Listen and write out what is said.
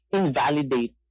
invalidate